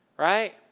Right